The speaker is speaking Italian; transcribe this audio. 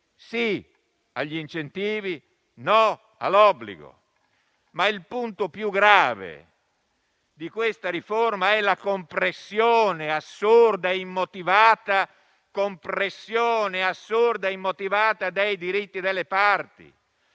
sì agli incentivi e no all'obbligo. Il punto più grave di questa riforma, però, è la compressione assurda e immotivata dei diritti delle parti,